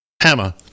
Hammer